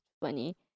funny